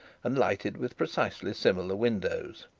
and lighted with precisely similar windows.